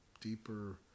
deeper